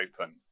open